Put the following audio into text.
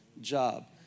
job